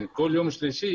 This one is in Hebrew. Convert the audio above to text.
כל אחד יש לו אינטרסים